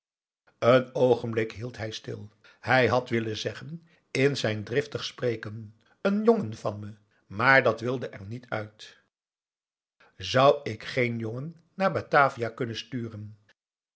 ps maurits hield hij stil hij had willen zeggen in zijn driftig spreken een jongen van me maar dat wilde er niet uit zou ik geen jongen naar batavia kunnen sturen